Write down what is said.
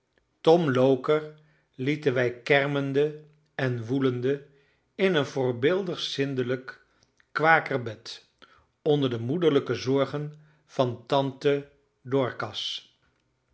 tom loker lieten wij kermende en woelende in een voorbeeldig zindelijk kwaker bed onder de moederlijke zorgen van tante